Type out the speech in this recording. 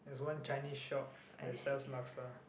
there's one Chinese shop that sells laksa